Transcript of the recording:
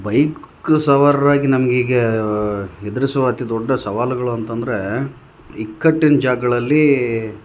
bike ಸವರರಾಗಿ ನಮಗೀಗಾ ಎದ್ರಿಸುವ ಅತಿ ದೊಡ್ಡ ಸವಾಲುಗಳು ಅಂತ ಅಂದರೆ ಇಕ್ಕಟ್ಟಿನ ಜಾಗಗಳಗಳಲ್ಲಿ